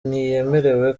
ntiyemerewe